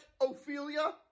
Ophelia